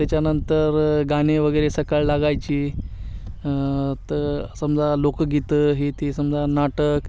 त्याच्यानंतर गाणे वगैरे सकाळ लागायची तर समजा लोकगीतं हे ते समजा नाटक